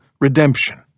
redemption